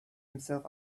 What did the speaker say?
himself